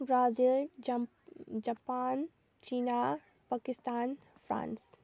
Brazil Japan China Pakistan France